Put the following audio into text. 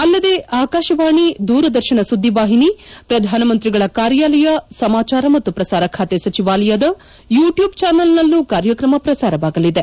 ಅಲ್ಲದೆ ಆಕಾಶವಾಣಿ ದೂರದರ್ಶನ ಸುದ್ಲಿವಾಹಿನಿ ಪ್ರಧಾನಮಂತ್ರಿಗಳ ಕಾರ್ಯಾಲಯ ಸಮಾಚಾರ ಮತ್ತು ಪ್ರಸಾರ ಖಾತೆ ಸಚಿವಾಲಯದ ಯೂಟ್ಟೂಬ್ ಚಾನಲ್ನಲ್ಲೂ ಕಾರ್ಯಕ್ರಮ ಪ್ರಸಾರವಾಗಲಿದೆ